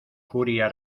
furia